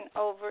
over